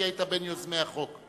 כי היית בין יוזמי החוק.